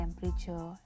temperature